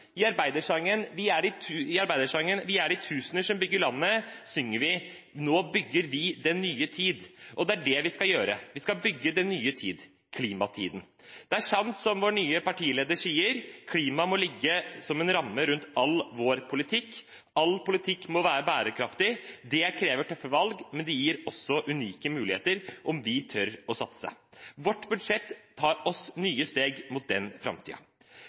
I arbeidersangen «Vi er de tusener som bygger landet», synger vi: «nu bygger vi den nye tid». Det er det vi skal gjøre. Vi skal bygge den nye tid – klimatiden. Det er sant som vår nye partileder sier: Klimaet må ligge som en ramme rundt all vår politikk. All politikk må være bærekraftig. Det krever tøffe valg, men det gir også unike muligheter, om vi tør å satse. Vårt budsjett tar oss nye steg mot den